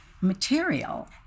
material